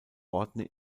orten